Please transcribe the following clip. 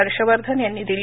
हर्षवर्धन यांनी दिली